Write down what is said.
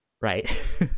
right